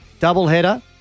doubleheader